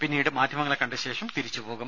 പിന്നീട് മാധ്യമങ്ങളെ കണ്ട ശേഷം തിരിച്ചു പോകും